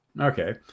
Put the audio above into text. Okay